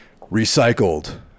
recycled